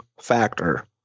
factor